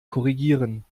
korrigieren